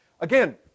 Again